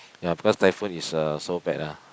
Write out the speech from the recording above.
ya because typhoon is uh so bad ah